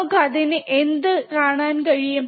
നമുക്ക് അതിനു എന്ത് കാണാൻ കഴിയും